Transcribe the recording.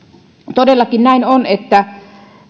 todellakin on näin että